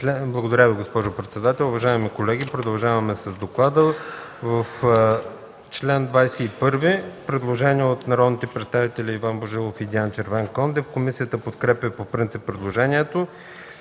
Благодаря, госпожо председател. Уважаеми колеги, продължаваме с доклада. В чл. 21 има предложение от народните представители Иван Божилов и Диан Червенкондев. Комисията подкрепя по принцип предложението.